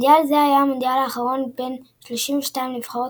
מונדיאל זה הוא המונדיאל האחרון בן 32 נבחרות,